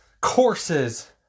courses